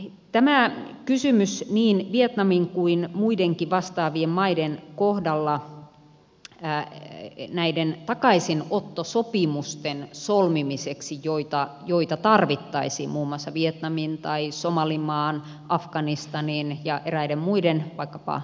tämä kysymys niin vietnamin kuin muidenkin vastaavien maiden kohdalla näiden takaisinottosopimusten solmimiseksi joita tarvittaisiin muun muassa vietnamin tai somalimaan afganistanin ja eräiden muiden vaikkapa irakin kohdalla